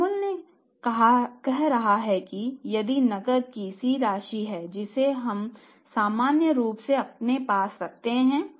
Baumol कह रहा है कि यह नकद की C राशि है जिसे हम सामान्य रूप से अपने पास रखते हैं